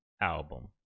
album